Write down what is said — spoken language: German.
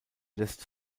lässt